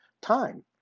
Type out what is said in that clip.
time